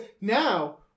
now